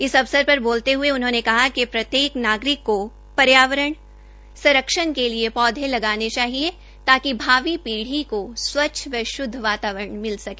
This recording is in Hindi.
इस अवसर पर बोलते हए उन्होंने कहा कि प्रत्येक नागरिक को पर्यावरण संरक्षण के लिए पौधे लगाने चाहिए ताकि भावी पीढ़ी को स्वच्छ व श्द्व वातावरण मिल सके